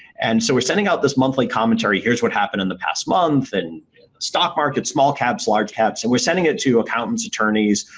and so, we're sending out this monthly commentary, here's what happened in the past month in stock markets, small caps, large gaps and we're sending it to accountants, attorneys,